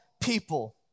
people